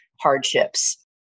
hardships